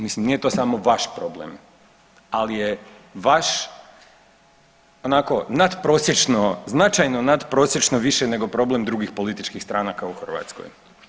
Mislim nije to samo vaš problem, ali je vaš onako natprosječno, značajno natprosječno više nego problem drugih političkih stranaka u Hrvatskoj.